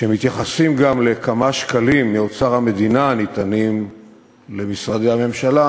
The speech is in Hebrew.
כשמתייחסים גם לכמה שקלים מאוצר המדינה ניתנים למשרדי הממשלה,